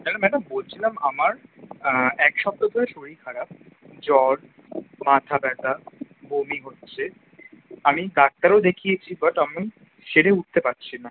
hello madam বলছিলাম আমার এক সপ্তাহ ধরে শরীর খারাপ জ্বর মাথা ব্যথা বমি হচ্ছে আমি ডাক্তারও দেখিয়েছি বাট আমি সেরে উঠতে পারছি না